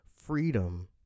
Freedom